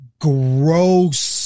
gross